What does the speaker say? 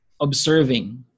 observing